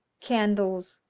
candles,